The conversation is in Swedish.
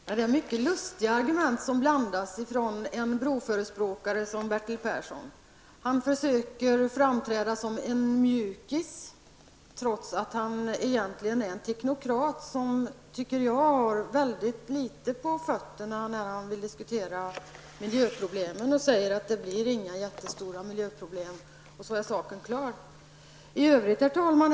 Herr talman! Det är mycket lustiga argument som blandas från en broförespråkare som Bertil Persson. Han försöker framträda som en mjukis trots att han egentligen är en teknokrat, som jag tycker har mycket litet på fötterna när han vill diskutera miljöproblemen och säger att det inte blir några jättestora miljöproblem, och sedan är saken klar. Herr talman!